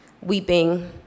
weeping